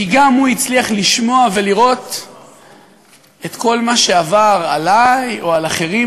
כי גם הוא הצליח לשמוע ולראות את כל מה שעבר עלי או על אחרים,